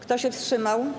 Kto się wstrzymał?